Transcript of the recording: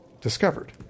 discovered